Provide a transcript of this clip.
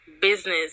business